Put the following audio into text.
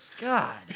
God